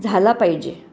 झाला पाहिजे